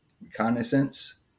reconnaissance